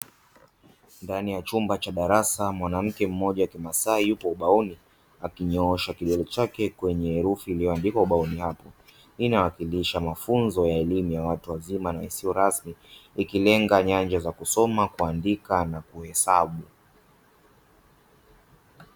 Ndani ya chumba cha darasa mwanamke mmoja wa kimasai yupo ubaoni akinyoosha kidole chake kwenye herufi iliyoandikwa ubaoni hapo, hii inaashiria mafunzo ya elimu ya watu wazima na isiyo rasmi ikilenga nyanja za kusoma, kuandika na kuhesabu.